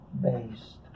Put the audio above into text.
based